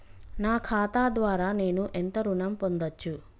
నా ఖాతా ద్వారా నేను ఎంత ఋణం పొందచ్చు?